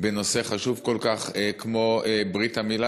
בנושא חשוב כל כך כמו ברית-המילה,